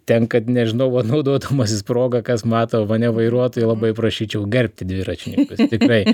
tenka nežinau va naudodamasis proga kas mato mane vairuotojai labai prašyčiau gerbti dviratininkus tikrai